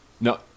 No